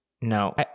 No